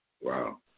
Wow